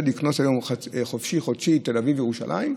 לקנות היום חופשי-חודשי תל אביב-ירושלים.